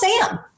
sam